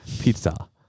Pizza